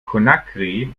conakry